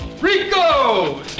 Rico